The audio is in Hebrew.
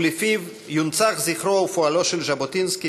ולפיו יצוינו זכרו ופועלו של ז'בוטינסקי